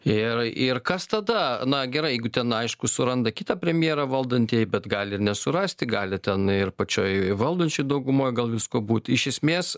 ir ir kas tada na gerai jeigu ten aišku suranda kitą premjerą valdantieji bet gali ir nesurasti gali ten ir pačioj valdančioj daugumoj gal visko būt iš esmės